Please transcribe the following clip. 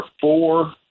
four